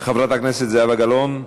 חברת הכנסת זהבה גלאון,